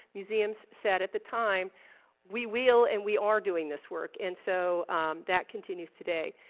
museums said at the time we will, and we are, doing this work and so that continues today.